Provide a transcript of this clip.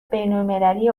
بینالمللی